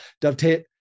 dovetail